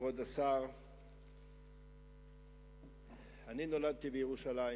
תודה, כבוד השר, אני נולדתי בירושלים,